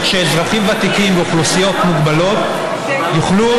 כך שאזרחים ותיקים ואוכלוסיות מוגבלות יוכלו,